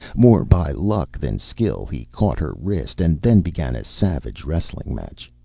more by luck than skill he caught her wrist, and then began a savage wrestling-match.